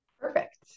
Perfect